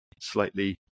slightly